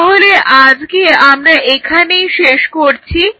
তাহলে আজকে আমরা এখানেই শেষ করছি